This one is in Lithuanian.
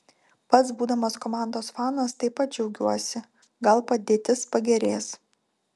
pats būdamas komandos fanas taip pat džiaugiuosi gal padėtis pagerės